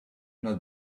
not